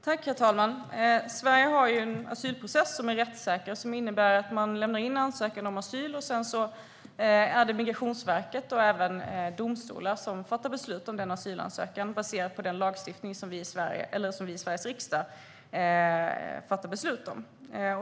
Herr talman! Sverige har en asylprocess som är rättssäker. Det innebär att man lämnar in en ansökan om asyl. Sedan är det Migrationsverket och även domstolar som fattar beslut om den asylansökan, baserat på den lagstiftning som vi i Sveriges riksdag fattar beslut om.